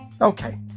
Okay